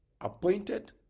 appointed